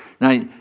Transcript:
Now